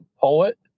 Poet